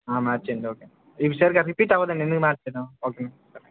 మార్చేండి okay ఈసారి కాని repeat అవ్వడండి ఎందుకు మార్చేయడం ఓకే